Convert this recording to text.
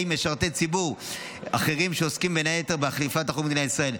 משרתי ציבור אחרים שעוסקים בין היתר באכיפת החוק במדינת ישראל.